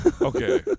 Okay